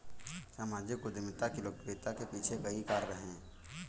सामाजिक उद्यमिता की लोकप्रियता के पीछे कई कारण है